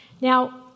Now